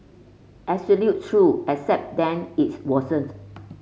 truth except then it wasn't